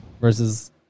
versus